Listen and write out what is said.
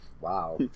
Wow